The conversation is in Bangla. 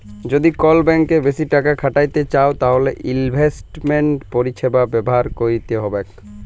যদি কল ব্যাংকে বেশি টাকা খ্যাটাইতে চাউ তাইলে ইলভেস্টমেল্ট পরিছেবা ব্যাভার ক্যইরতে হ্যবেক